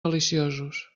deliciosos